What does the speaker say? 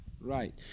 Right